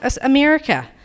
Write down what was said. America